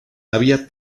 había